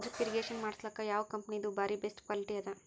Drip irrigation ಮಾಡಸಲಕ್ಕ ಯಾವ ಕಂಪನಿದು ಬಾರಿ ಬೆಸ್ಟ್ ಕ್ವಾಲಿಟಿ ಅದ?